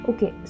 Okay